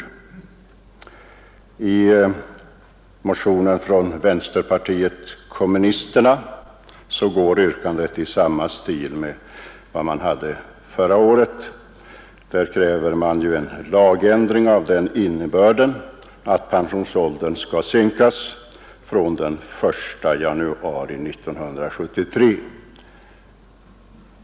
I motionen från vänsterpartiet kommunisterna är yrkandet likartat det yrkande som partiet hade förra året. I denna motion krävs en lagändring med den innebörden att pensionsåldern skall sänkas från den 1 januari 1973.